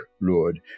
lord